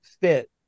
fit